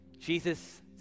Jesus